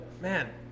man